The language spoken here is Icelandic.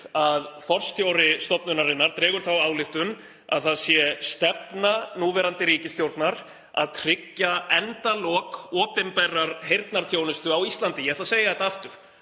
að forstjóri stofnunarinnar dregur þá ályktun að það sé stefna núverandi ríkisstjórnar að tryggja endalok opinberrar heyrnarþjónustu á Íslandi. Ég ætla að segja það aftur: